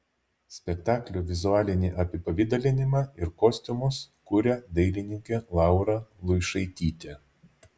spektaklio vizualinį apipavidalinimą ir kostiumus kuria dailininkė laura luišaitytė